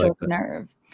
nerve